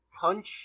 punch